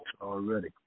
Already